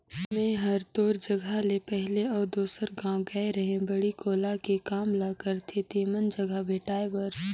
मेंए हर तोर जगह ले पहले अउ दूसर गाँव गेए रेहैं बाड़ी कोला के काम ल करथे तेमन जघा भेंटाय बर